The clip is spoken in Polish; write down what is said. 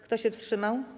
Kto się wstrzymał?